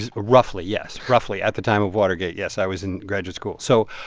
roughly, yes. roughly at the time of watergate, yes, i was in graduate school. so.